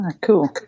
cool